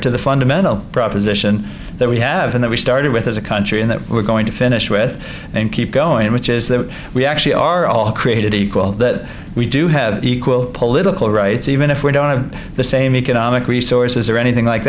to the fundamental proposition that we have in that we started with as a country and that we're going to finish with and keep going which is that we actually are all created equal that we do have equal political rights even if we don't have the same economic resources or anything like